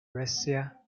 brescia